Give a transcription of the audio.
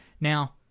Now